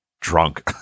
drunk